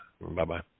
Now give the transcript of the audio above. Bye-bye